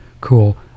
cool